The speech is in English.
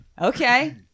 Okay